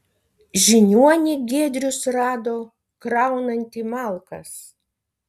žiniuonį giedrius rado kraunantį malkas